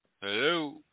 Hello